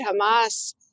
Hamas